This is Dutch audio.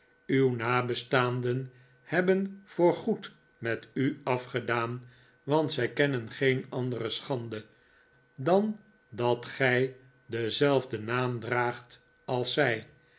uw nabestaanden hebben voorgoed met u afgedaan want zij kennen geen andere schande dan dat gij denzelfden naam draagt als zij